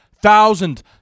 thousand